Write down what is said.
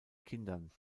kindern